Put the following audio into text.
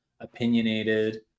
opinionated